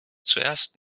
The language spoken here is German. zuerst